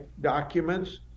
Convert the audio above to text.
documents